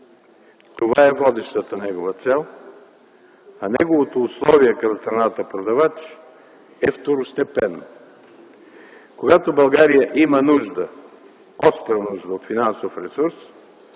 това е водещата негова цел. Неговото условие към страната продавач е второстепенно. Когато България има остра нужда от финансов ресурс,